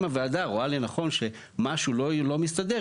אם הוועדה רואה לנכון שמשהו לא מסתדר,